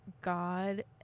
God